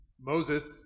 Moses